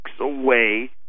away